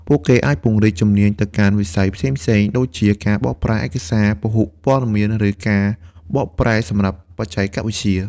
ពួកគេអាចពង្រីកជំនាញទៅកាន់វិស័យផ្សេងៗដូចជា ការបកប្រែឯកសារពហុព័ត៌មានឬការបកប្រែសម្រាប់បច្ចេកវិទ្យា។